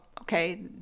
okay